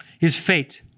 his fate,